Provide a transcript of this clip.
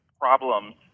problems